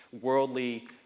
worldly